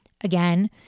again